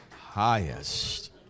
highest